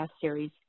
Series